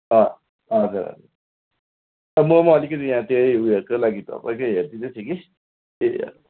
ह हजुर हजुर म पनि अलिकति यहाँ त्यही उयोहरूकै लागि तपाईँकै हेरिदिँदै थिएँ कि त्यही